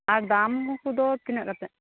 ᱟᱨ ᱫᱟᱢ ᱠᱚᱫᱚ ᱛᱤᱱᱟᱜ ᱠᱟᱛᱮ